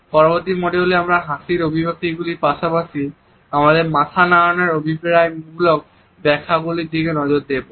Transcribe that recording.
পরবর্তী মডিউলে আমরা হাসির অভিব্যক্তিগুলির পাশাপাশি আমাদের মাথা নাড়ানোর অভিপ্রায়মূলক ব্যাখ্যাগুলির দিকে নজর দেবো